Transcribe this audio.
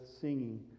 singing